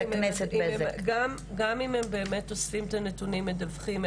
אני אשמח שנשאל אותה גם אם הם באמת אוספים את הנתונים ומדווחים עליהם?